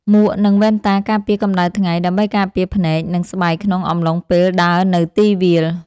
មួក និងវ៉ែនតាការពារកម្ដៅថ្ងៃ ដើម្បីការពារភ្នែក និងស្បែកក្នុងអំឡុងពេលដើរនៅទីវាល។